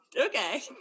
Okay